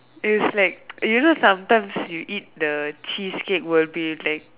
it's like you know sometimes you eat the cheesecake will be like